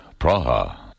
Praha